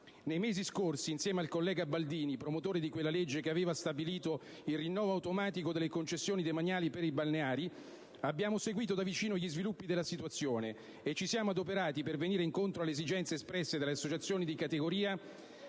Nei mesi scorsi, insieme al collega Baldini, promotore di quella legge che aveva stabilito il rinnovo automatico delle concessioni demaniali per i balneari, abbiamo seguito da vicino gli sviluppi della situazione e ci siamo adoperati per venire incontro alle esigenze espresse dalle associazioni di categoria,